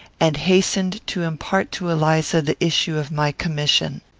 and hastened to impart to eliza the issue of my commission.